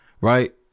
right